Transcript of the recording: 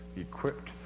equipped